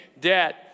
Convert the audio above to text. debt